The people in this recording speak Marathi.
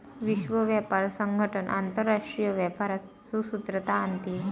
विश्व व्यापार संगठन आंतरराष्ट्रीय व्यापारात सुसूत्रता आणते